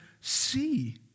see